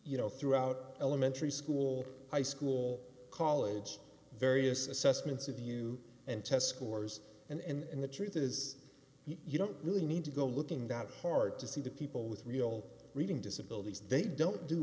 you know throughout elementary school high school college various assessments of you and test scores and the truth is you don't really need to go looking that hard to see the people with real reading disabilities they don't do